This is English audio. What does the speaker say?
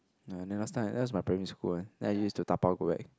no last time that's my primary school leh then I used to dabao go back